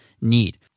need